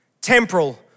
temporal